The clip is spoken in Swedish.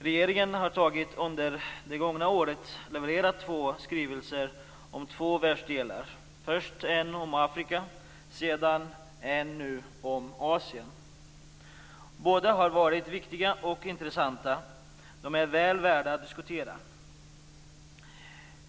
Regeringen har under det gångna året levererat två skrivelser om två världsdelar, först en om Afrika och nu en om Asien. Båda har varit viktiga och intressanta. De är väl värda att diskutera.